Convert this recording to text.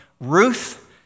Ruth